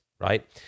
right